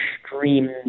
extreme